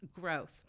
growth